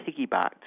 piggybacked